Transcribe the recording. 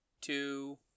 two